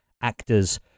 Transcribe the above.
actors